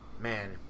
Man